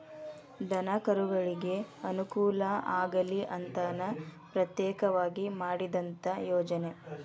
ದನಕರುಗಳಿಗೆ ಅನುಕೂಲ ಆಗಲಿ ಅಂತನ ಪ್ರತ್ಯೇಕವಾಗಿ ಮಾಡಿದಂತ ಯೋಜನೆ